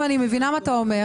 אם אני מבינה מה אתה אומר,